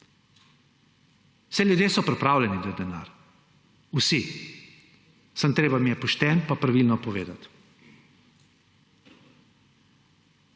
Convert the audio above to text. Saj ljudje so pripravljeni dati denar, vsi. Samo treba jim je pošteno pa pravilno povedati.